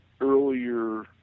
earlier